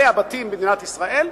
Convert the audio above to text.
הבתים במדינת ישראל,